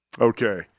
Okay